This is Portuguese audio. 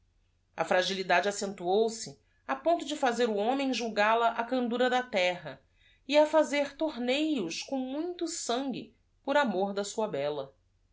fragilidade accentuou se a ponto de fazer o homem julgal a a candura da terra e a fazer torneios com muito san gue por amor da sua bella